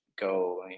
go